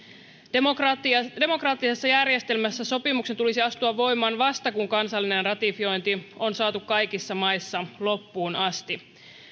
demokraattisessa järjestelmässä sopimuksen tulisi astua voimaan vasta kun kansallinen ratifiointi on saatu kaikissa maissa loppuun asti